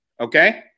Okay